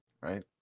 right